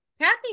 kathy